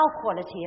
quality